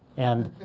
and